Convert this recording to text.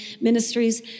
ministries